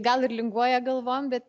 gal ir linguoja galvom bet